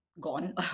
Gone